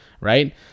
right